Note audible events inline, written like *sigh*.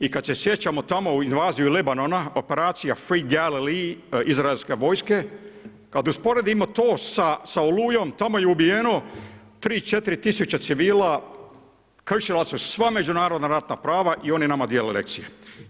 I kad se sjećamo tamo invaziju Libanona, operacija … *unintelligible* izraelske vojske kad usporedimo to sa Olujom tamo je ubijeno 3, 4000 civila, kršila su se sva međunarodna ratna prava i oni nama dijele lekcije.